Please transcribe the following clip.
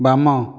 ବାମ